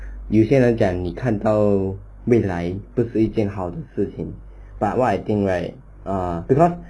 有些人讲你看到未来不是一件好的事情 but what I think right err because